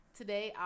Today